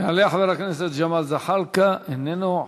יעלה ג'מאל זחאלקה, איננו.